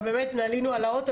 אבל באמת עלינו על האוטו,